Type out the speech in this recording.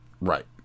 Right